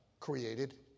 created